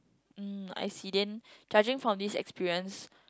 um I see then judging from this experience